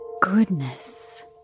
Goodness